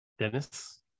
Dennis